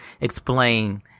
explain